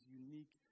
unique